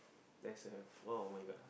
that's a !wow! [oh]-my-god